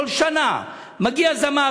בכל שנה מגיע זמר,